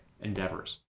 endeavors